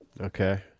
Okay